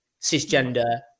cisgender